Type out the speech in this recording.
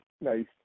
Nice